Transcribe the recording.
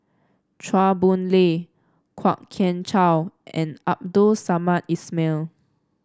Chua Boon Lay Kwok Kian Chow and Abdul Samad Ismail